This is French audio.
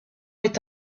est